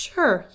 Sure